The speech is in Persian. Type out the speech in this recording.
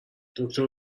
دکتر